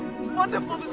it's wonderful